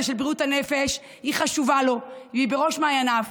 של בריאות הנפש חשוב לו והוא בראש מעייניו.